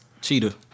Cheetah